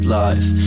life